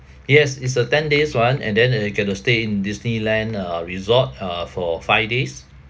yes it's a ten days [one] and then uh got to stay in disneyland uh resort uh for five days